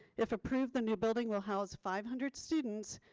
if approved the new building will house five hundred students.